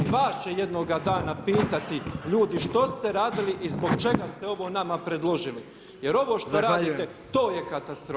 Vas će jednoga dana pitati ljudi što ste radili i zbog čega ste ovo nama predložili jer ovo što radite, to je katastrofa.